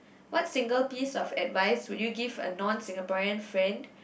what single piece of advice will you give a non Singaporean friend